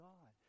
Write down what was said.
God